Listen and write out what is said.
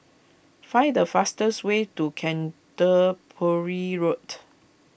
find the fastest way to Canterbury Road